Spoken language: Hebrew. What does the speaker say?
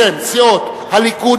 בשם סיעות הליכוד,